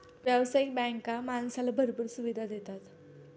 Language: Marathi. व्यावसायिक बँका माणसाला भरपूर सुविधा देतात